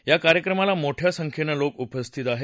या कार्यक्रमाला मोठ्या संख्येनं लोक उपस्थित आहेत